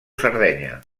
sardenya